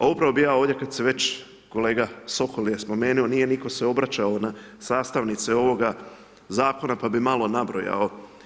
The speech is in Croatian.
Upravo bi ja ovdje kad se već, kolega Sokol je spomenuo, nije nitko se obraćao na sastavnice ovoga zakona, pa bi malo nabrojao.